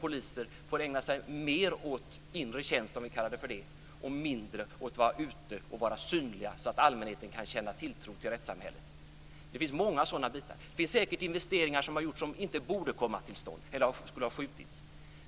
Poliser får ägna sig mer åt inre tjänst - om vi ska kalla det för det - och mindre åt att vara ute och vara synliga så att allmänheten kan känna tilltro till rättssamhället. De finns många sådana bitar. Det har säkert gjorts investeringar som inte borde ha kommit till stånd eller skulle ha skjutits